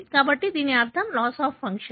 కాబట్టి దీని అర్థం లాస్ అఫ్ ఫంక్షన్